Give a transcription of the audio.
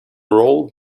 role